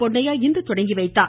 பொன்னையா இன்று தொடங்கிவைத்தார்